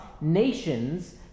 Nations